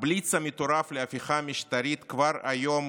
הבליץ המטורף להפיכה המשטרית כבר היום